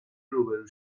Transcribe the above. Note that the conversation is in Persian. روبرو